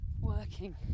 working